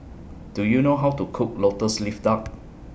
Do YOU know How to Cook Lotus Leaf Duck